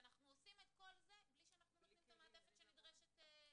ואנחנו עושים את כל זה בלי שאנחנו נותנים את המעטפת שנדרשת לצוותים.